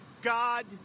God